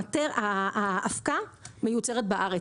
האבקה מיוצרת בארץ.